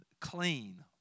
clean